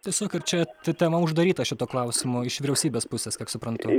tiesiog ar čia t tema uždaryta šituo klausimu iš vyriausybės pusės kiek suprantu